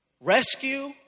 rescue